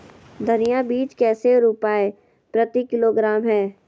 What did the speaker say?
धनिया बीज कैसे रुपए प्रति किलोग्राम है?